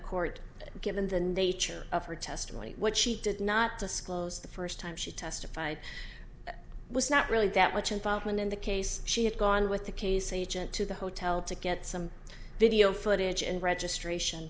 court given the nature of her testimony what she did not disclose the first time she testified was not really that much involvement in the case she had gone with the case agent to the hotel to get some video footage and registration